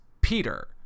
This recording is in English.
Peter